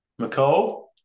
McCall